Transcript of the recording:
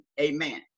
Amen